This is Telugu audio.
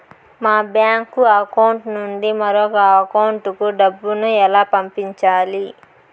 మా బ్యాంకు అకౌంట్ నుండి మరొక అకౌంట్ కు డబ్బును ఎలా పంపించాలి